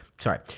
sorry